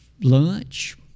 lunch